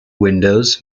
windows